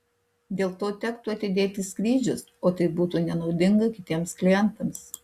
dėl to tektų atidėti skrydžius o tai būtų nenaudinga kitiems klientams